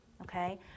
okay